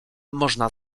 można